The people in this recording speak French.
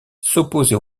s’opposer